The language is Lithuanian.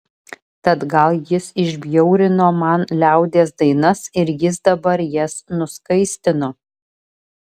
tad gal jis išbjaurino man liaudies dainas ir jis dabar jas nuskaistino